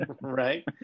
right